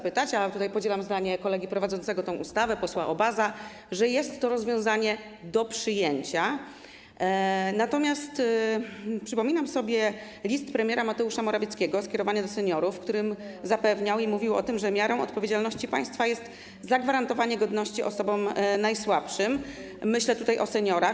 Podzielam zdanie kolegi prowadzącego tę ustawę, posła Obaza, że jest to rozwiązanie możliwe do przyjęcia, natomiast przypominam sobie list premiera Mateusza Morawieckiego skierowany do seniorów, w którym mówił o tym, że miarą odpowiedzialności państwa jest zagwarantowanie godności osobom najsłabszym, myślę tutaj o seniorach.